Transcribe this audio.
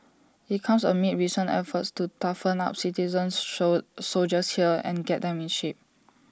IT comes amid recent efforts to toughen up citizen so soldiers here and get them in shape